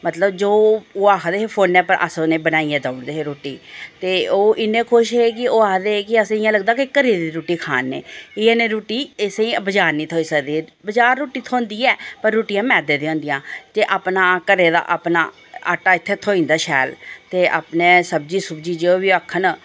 मतलब जो ओह् आखदे हे फोनै पर अस उ'नें ई बनाइयै देई ओड़दे हे रुट्टी ते ओह् इन्ने खुश हे कि ओह् आखदे हे कि असें ई लगदा कि घरै दी रुट्टी खा ने इ'यै नेही रुट्टी असें बजार नेईं थ्होई सकदी बजार रुट्टी थ्होंदी ऐ पर रुट्टियां मैदे दी होंदियां ते अपना घरै दा अपना आटा इत्थै थ्होई जंदा शैल ते अपने सब्जी सुब्जी जो बी आक्खन